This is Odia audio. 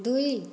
ଦୁଇ